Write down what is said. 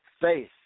faith